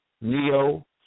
Neo